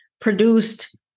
produced